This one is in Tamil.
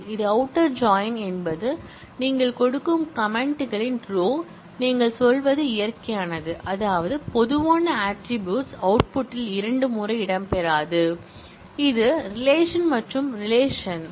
இடது அவுட்டர் ஜாயின் என்பது நீங்கள் கொடுக்கும் கமெண்ட் களின் ரோ நீங்கள் சொல்வது இயற்கையானது அதாவது பொதுவான ஆட்ரிபூட்ஸ் க்கூறு அவுட்புட்டில் இரண்டு முறை இடம்பெறாது இது இடது உறவு ரிலேஷன் மற்றும் இது ரிலேஷன்உறவு